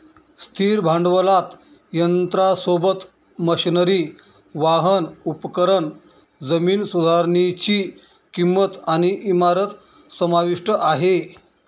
स्थिर भांडवलात यंत्रासोबत, मशनरी, वाहन, उपकरण, जमीन सुधारनीची किंमत आणि इमारत समाविष्ट आहे